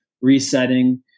resetting